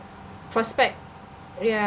prospect ya